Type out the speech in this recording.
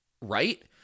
right